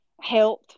health